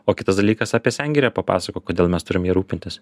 o kitas dalykas apie sengirę papasakok kodėl mes turim ja rūpintis